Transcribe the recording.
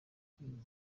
ikiringo